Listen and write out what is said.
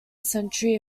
century